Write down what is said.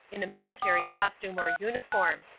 in a military costume or uniform.